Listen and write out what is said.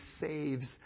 saves